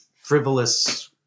frivolous